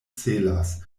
celas